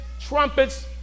trumpets